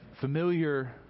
familiar